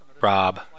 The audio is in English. Rob